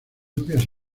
lluvias